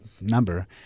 number